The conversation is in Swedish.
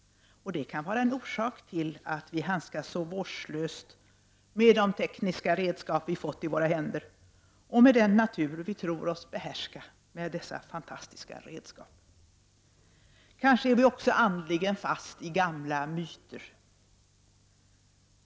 Det kan vara en orsak till att vi handskas så vårdslöst med de tekniska redskap vi fått i våra händer och med den natur vi tror oss behärska med dessa fantastiska redskap. Kanske är vi också andligen fast i gamla myter?